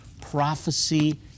Prophecy